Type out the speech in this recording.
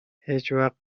هیچوقت